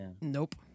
Nope